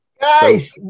Guys